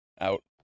Out